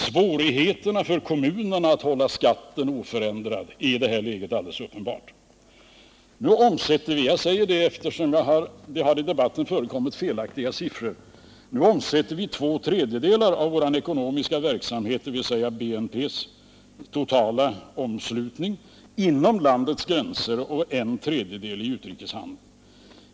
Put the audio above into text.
Svårigheterna för kommunerna att hålla skatten oförändrad är i det här läget alldeles uppenbara. Nu omsätter vi — jag säger detta, eftersom det i debatten har förekommit felaktiga siffror — två tredjedelar av vår ekonomiska verksamhet, dvs. BNP:s totala omslutning, inom landets gränser och en tredjedel i utrikeshandeln.